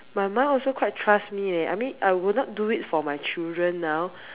my mom also quite trust me leh I mean I would not do it for my children now